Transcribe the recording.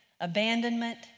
abandonment